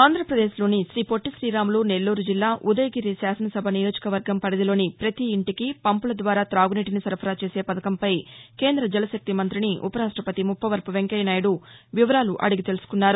ఆంధ్రప్రదేశ్లోని శ్రీ పొట్టి శ్రీరాములు నెల్లూరు జిల్లా ఉదయగిరి శాసనసభ నియోజక వర్గం పరిధిలోని ప్రతి ఇంటికి పంపుల ద్వారా తాగునీటిని సరఫరా చేసే పథకం పై కేంద్ర జలశక్తి మంతిని ఉప రాష్టపతి ముప్పవరపు వెంకయ్య నాయుడు వివరాలు అడిగి తెలుసుకున్నారు